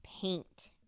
paint